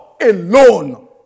alone